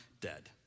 dead